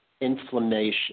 inflammation